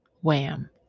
Wham